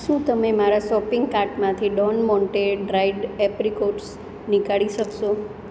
શું તમે મારા સોપિંગ કાર્ટમાંથી ડોન મોન્ટે ડ્રાઈડ એપ્રીકોટ્સ નીકાળી શકશો